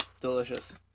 Delicious